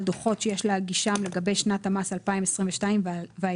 דוחות שיש להגישם לגבי שנת המס 2022 ואילך,